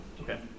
Okay